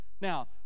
now